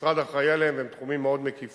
שהמשרד אחראי להם, והם תחומים מאוד מקיפים,